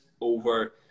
over